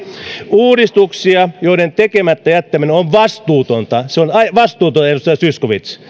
uudistuksia joiden tekemättä jättäminen on vastuutonta se on vastuutonta edustaja zyskowicz